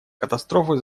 катастрофы